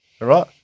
right